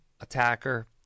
attacker